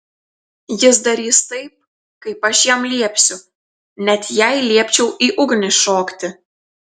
jis darys taip kaip aš jam liepsiu net jei liepčiau į ugnį šokti